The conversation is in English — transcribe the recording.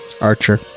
Archer